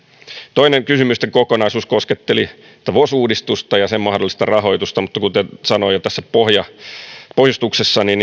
toinen kysymysten kokonaisuus kosketteli tätä vos uudistusta ja sen mahdollista rahoitusta mutta kuten sanoin jo tässä pohjustuksessani